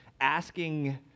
asking